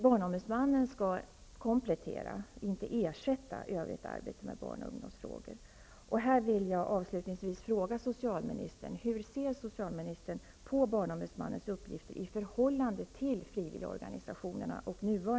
Barnombudsmannen skall komplettera, inte ersätta, övrigt arbete med barn och ungdomsfrågor.